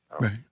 Right